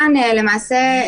ממש.